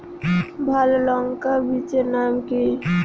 ভালো লঙ্কা বীজের নাম কি?